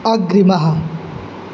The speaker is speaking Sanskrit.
अग्रिमः